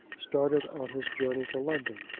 started on his journey for london.